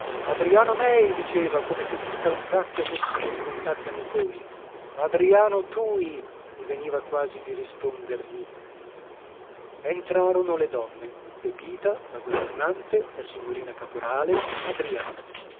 adriano mei diceva come se tutta un tratto fossimo diventati amiconi adriano tui mi veniva quasi di rispondergli entrarono le donne pepita la governante la signorina caporale adriana